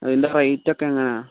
അതിൻ്റെ റേറ്റ് ഒക്കെ എങ്ങനെയാണ്